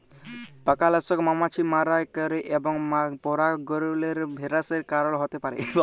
পকালাসক মমাছি মারাই ক্যরে এবং পরাগরেলু হেরাসের কারল হ্যতে পারে